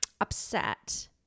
upset